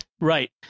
right